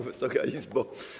Wysoka Izbo!